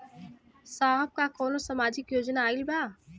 साहब का कौनो सामाजिक योजना आईल बा?